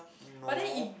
no